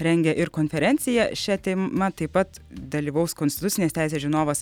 rengia ir konferenciją šia tema taip pat dalyvaus konstitucinės teisės žinovas